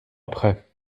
après